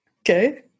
Okay